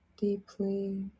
deeply